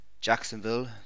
Jacksonville